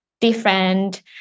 different